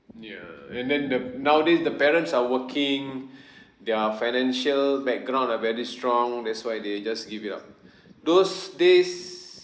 ya and then the nowadays the parents are working their financial background are very strong that's why they just give it up those days